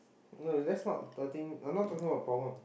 no that's not the thing we're not talking about problem